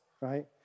right